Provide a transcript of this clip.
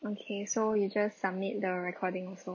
okay so you just submit the recording also